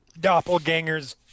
Doppelgangers